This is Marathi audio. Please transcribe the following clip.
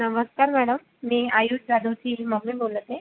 नमस्कार मॅडम मी आयुष जाधवची मम्मी बोलत आहे